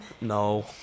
No